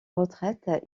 retraite